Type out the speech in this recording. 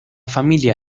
familia